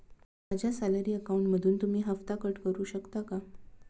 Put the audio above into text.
माझ्या सॅलरी अकाउंटमधून तुम्ही हफ्ता कट करू शकता का?